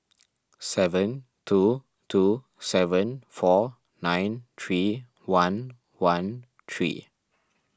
seven two two seven four nine three one one three